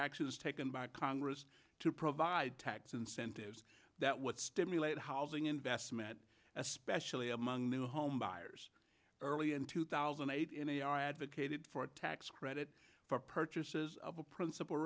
actions taken by congress to provide tax incentives that what stimulate housing investment especially among new homebuyers early in two thousand and eight in a i advocated for a tax credit for purchases of a principal